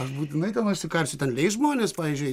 aš būtinai ten užsikarsiu ten eis žmonės pavyzdžiui